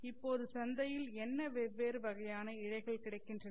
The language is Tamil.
இப்போது சந்தையில் என்ன வெவ்வேறு வகையான இழைகள் கிடைக்கின்றன